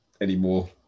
anymore